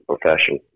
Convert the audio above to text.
profession